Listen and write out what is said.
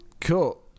Cool